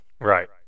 right